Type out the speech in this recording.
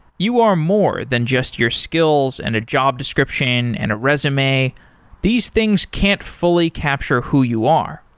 you are more than just your skills and a job description and a resume these things can't fully capture who you are.